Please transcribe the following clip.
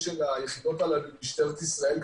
של היחידות הללו היא משטרת ישראל,